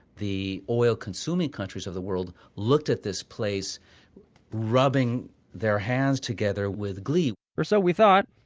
the oil consuming countries of the world looked at this place rubbing their hands together with glee or so we thought.